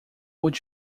would